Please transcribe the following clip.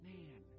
Man